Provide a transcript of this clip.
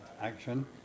action